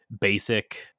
basic